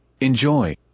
Enjoy